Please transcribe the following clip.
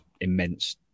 immense